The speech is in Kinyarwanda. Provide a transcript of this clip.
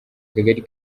akagari